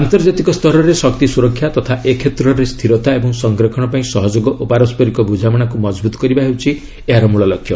ଆନ୍ତର୍ଜାତିକ ସ୍ତରରେ ଶକ୍ତି ସୁରକ୍ଷା ତଥା ଏ କ୍ଷେତ୍ରରେ ସ୍ଥିରତା ଏବଂ ସଂରକ୍ଷଣ ପାଇଁ ସହଯୋଗ ଓ ପାରସ୍କରିକ ବୁଝାମଣାକୁ ମଜବୁତ କରିବା ହେଉଛି ଏହାର ମୂଳ ଲକ୍ଷ୍ୟ